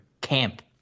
camp